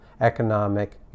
economic